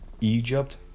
Egypt